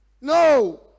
No